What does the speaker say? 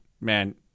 man